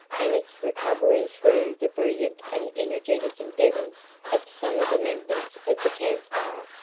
and its recovery through the brilliant and energetic endeavors of some of the members of the camp fire,